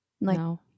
No